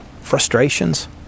frustrations